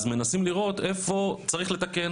אז מנסים לראות איפה צריך לתקן,